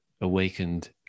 awakened